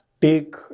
take